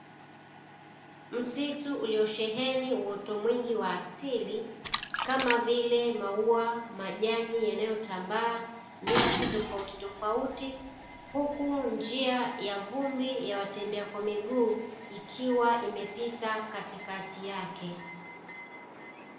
Msitu uliosheheni uoto mwingi wa asili kama vile maua, majani yanayotambaa, miti tofautitofauti huku njia ya vumbi ya watembea kwa miguu ikiwa imepita katikati yake.